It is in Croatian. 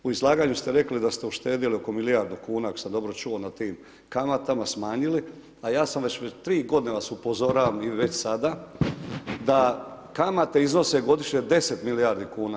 U izlaganju ste rekli da ste uštedjeli oko milijardu kuna ako sam dobro čuo na tim kamatama smanjili, a ja sam već tri godine vas upozoravam i već sada da kamate iznose godišnje 10 milijardi kuna.